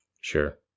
Sure